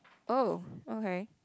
oh okay